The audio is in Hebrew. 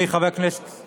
יש